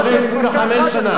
אחרי 25 שנה,